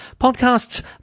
Podcasts